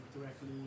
directly